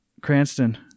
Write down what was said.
cranston